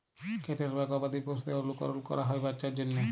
cattle বা গবাদি পশুদের অলুকরল ক্যরা হ্যয় বাচ্চার জ্যনহে